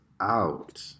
out